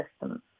system